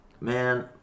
Man